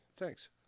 Thanks